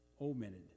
Omitted